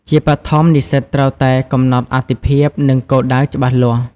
ជាបឋម និស្សិតត្រូវតែកំណត់អាទិភាព និងគោលដៅច្បាស់លាស់។